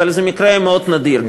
אבל זה מקרה מאוד נדיר.